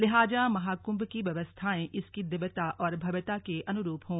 लिहाजा महाकुंभ की व्यवस्थाएं इसकी दिव्यता और भव्यता के अनुरूप हों